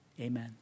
Amen